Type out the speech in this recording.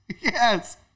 yes